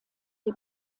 die